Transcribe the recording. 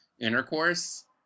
intercourse